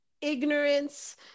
ignorance